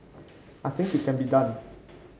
I think it can be done